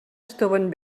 estoven